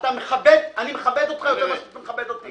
אני מכבד אותך יותר ממה שאתה מכבד אותי.